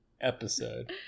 episode